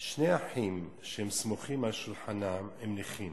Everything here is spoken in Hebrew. שני אחים שהיו סמוכים על שולחנם הם נכים,